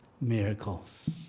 miracles